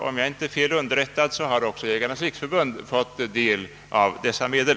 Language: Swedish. Om jag inte är fel underrättad har också Jägarnas riksförbund fått del av dessa medel.